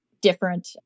different